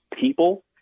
people